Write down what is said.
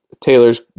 Taylor's